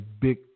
big